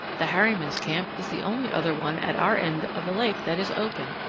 the harrimans' camp is the only other one at our end of the lake that is open.